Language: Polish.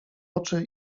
oczy